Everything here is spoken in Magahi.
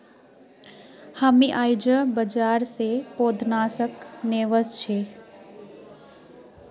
हामी आईझ बाजार स पौधनाशक ने व स छि